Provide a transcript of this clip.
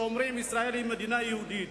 שאומרים: ישראל היא מדינה יהודית.